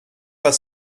pas